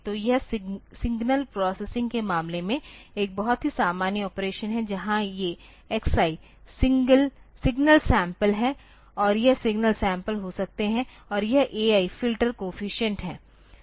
तो यह signal processing के मामले में एक बहुत ही सामान्य ऑपरेशन है जहां ये xi सिग्नल सैंपल हैं यह सिग्नल सैंपल हो सकते हैं और यह ai फ़िल्टर कोएफ़िशिएंट है